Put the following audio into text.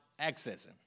accessing